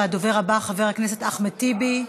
הדובר הבא, חבר אחמד טיבי,